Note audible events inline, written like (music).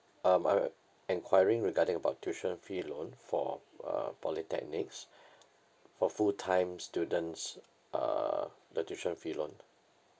um I enquiring regarding about tuition fee loan for uh polytechnics (breath) for full time students uh the tuition fee loan